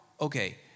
okay